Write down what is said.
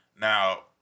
now